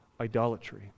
idolatry